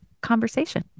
conversation